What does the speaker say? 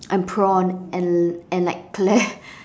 and prawn and l~ and like pla~